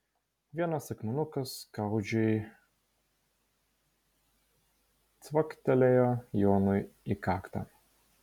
vienas akmenukas skaudžiai cvaktelėjo jonui į kaktą